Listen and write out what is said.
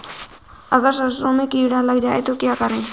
अगर सरसों में कीड़ा लग जाए तो क्या करें?